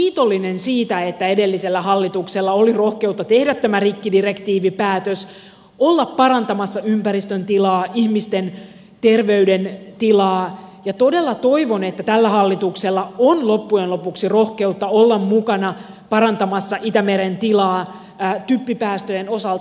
olen tosi kiitollinen siitä että edellisellä hallituksella oli rohkeutta tehdä tämä rikkidirektiivipäätös olla parantamassa ympäristön tilaa ihmisten terveyden tilaa ja todella toivon että tällä hallituksella on loppujen lopuksi roh keutta olla mukana parantamassa itämeren tilaa typpipäästöjen osalta